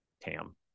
TAM